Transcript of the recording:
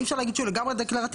אי אפשר להגיד שהוא לגמרי דקלרטיבי.